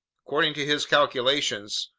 according to his calculations,